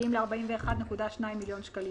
מגיעים ל-41.2 מיליון שקלים,